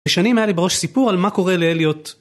ושנים היה לי בראש סיפור על מה קורה לאליוט.